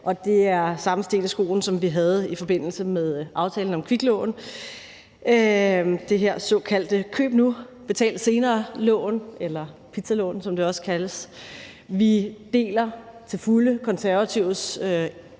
er den samme sten i skoen, som vi havde i forbindelse med aftalen om kviklån, det her såkaldte køb nu – betal senere-lån eller pizzalån, som det også kaldes. Vi deler til fulde Konservatives holdning